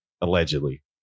allegedly